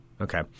Okay